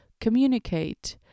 communicate